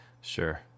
Sure